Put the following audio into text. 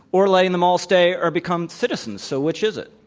or letting them all stay or become citizens. so which is it?